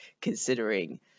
considering